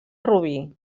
rubí